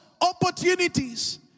opportunities